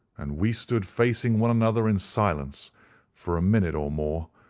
and we stood facing one another in silence for a minute or more,